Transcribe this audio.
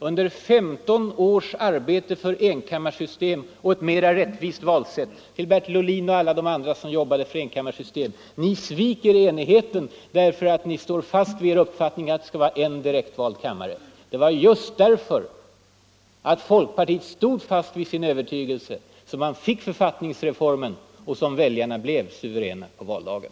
Under 15 års arbete för ett enkammarsystem och ett mera rättvist valsätt sade man ständigt till Bertil Ohlin och oss andra i folkpartiet som jobbade för ett enkammarsystem: Ni sviker enigheten därför att ni står fast vid er uppfattning att det skall vara en direktvald kammare. Men det var just därför att folkpartiet stod fast vid sin övertygelse som man fick författningsreformen och som väljarna blev suveräna på valdagen.